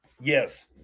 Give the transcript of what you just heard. Yes